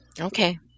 Okay